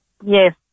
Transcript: Yes